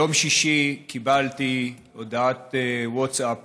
ביום שישי קיבלתי הודעת ווטסאפ